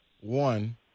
One